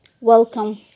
welcome